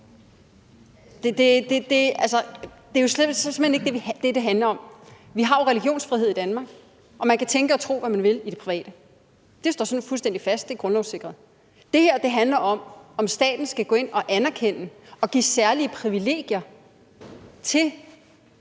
Det er jo simpelt hen ikke det, som det handler om. Vi har jo religionsfrihed i Danmark, og man kan tænke og tro, hvad man vil, i det private. Det står sådan fuldstændig fast, at det er grundlovssikret. Det her handler om, om staten skal gå ind og anerkende og give særlige privilegier til